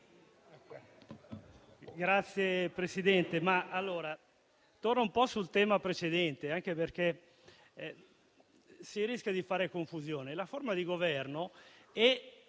Signora Presidente, torno un po' sul tema precedente, anche perché si rischia di fare confusione. La forma di governo e